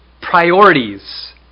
priorities